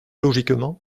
logiquement